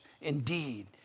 indeed